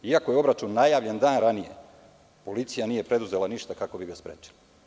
Iako je obračun najavljen dan ranije, policija nije preduzela ništa kako bi ga sprečila.